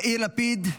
יאיר לפיד,